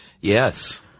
Yes